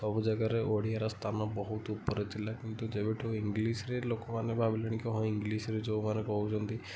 ସବୁ ଜାଗାରେ ଓଡ଼ିଆର ସ୍ଥାନ ବହୁତ ଉପରେ ଥିଲା କିନ୍ତୁ ଯେବେଠୁ ଇଂଗ୍ଲିଶ୍ରେ ଲୋକମାନେ ଭାବିଲେଣି କି ହଁ ଇଂଗ୍ଲିଶ୍ରେ ଯୋଉମାନେ କହୁଛନ୍ତି